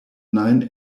nine